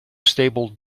stable